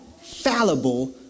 fallible